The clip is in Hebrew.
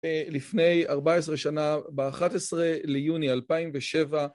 לפני 14 שנה, ב-11 ליוני 2007